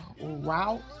route